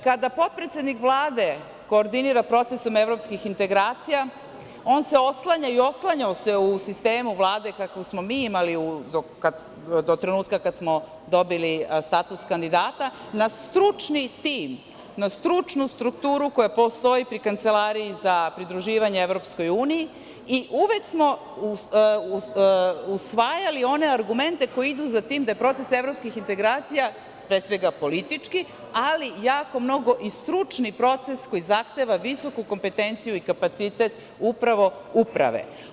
Kada potpredsednik Vlade koordinira procesom evropskih integracija, on se oslanja i oslanjao se u sistemu Vlade kakvu smo mi imali do trenutka kada smo dobili status kandidata, na stručni tim, na stručnu strukturu koja postoji pri Kancelariji za pridruživanje Evropskoj uniji i uvek smo usvajali one argumente koji idu za tim da je proces evropskih integracija pre svega politički, ali jako mnogo i stručni proces koji zahteva visoku kompetenciju i kapacitet upravo uprave.